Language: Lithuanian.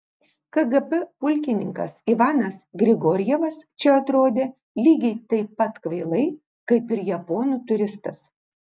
kgb pulkininkas ivanas grigorjevas čia atrodė lygiai taip pat kvailai kaip ir japonų turistas